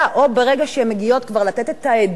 או ברגע שהן מגיעות כבר לתת את העדות